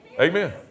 Amen